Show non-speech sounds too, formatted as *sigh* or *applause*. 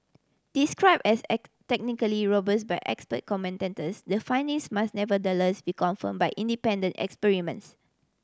describe as *unintelligible* technically robust by expert commentators the findings must nevertheless be confirm by independent experiments